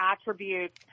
attributes